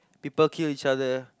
people kill each other